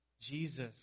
Jesus